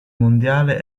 mondiale